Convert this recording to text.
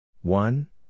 one